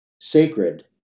sacred